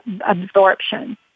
absorption